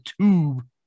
tube